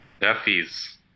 Duffy's